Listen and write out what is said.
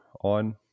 on